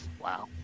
wow